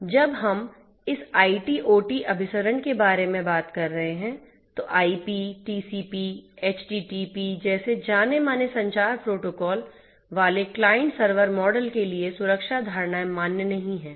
जब हम इस IT OT अभिसरण के बारे में बात कर रहे हैं तो आईपी टीसीपी एचटीटीपी जैसे जाने माने संचार प्रोटोकॉल वाले क्लाइंट सर्वर मॉडल के लिए सुरक्षा धारणाएं मान्य नहीं हैं